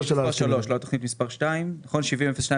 תכנית מספר 3 ולא תכנית מספר 2. הכוונה ל-70-02-05?